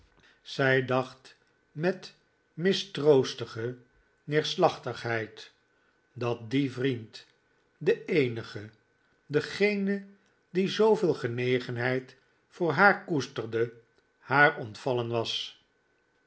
zij dacht met mistroostige neerslachtigheid dat die vriend de eenige degene die zooveel genegenheid voor haar koesterde haar ontvallen was